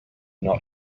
not